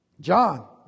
John